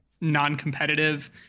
non-competitive